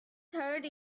third